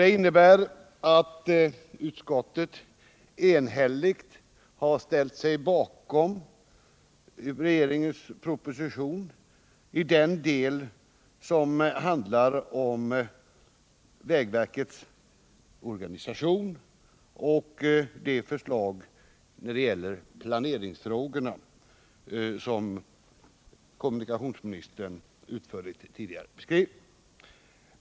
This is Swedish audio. Det innebär att utskottet enhälligt har ställt sig bakom regeringens proposition i den del som handlar om vägverkets organisation och de förslag när det gäller planeringsfrågorna som kommunikationsministern tidigare utförligt har beskrivit.